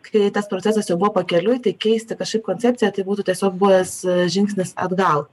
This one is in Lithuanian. kai tas procesas jau buvo pakeliui tai keisti kažkaip koncepciją tai būtų tiesiog buvęs žingsnis atgal